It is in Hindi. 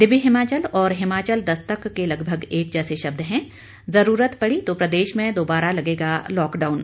दिव्य हिमाचल और हिमाचल दस्तक के लगभग एक जैसे शब्द हैं जरूरत पड़ी तो प्रदेश में दोबारा लगेगा लॉकडाउन